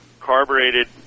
carbureted